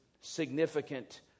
significant